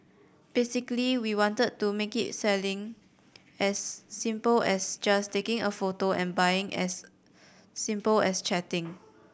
basically we wanted to make it selling as simple as just taking a photo and buying as simple as chatting